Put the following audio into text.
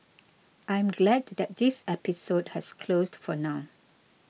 I am glad to that this episode has closed for now